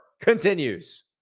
continues